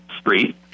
street